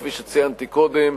כפי שציינתי קודם: